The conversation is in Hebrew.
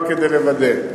רק כדי לוודא.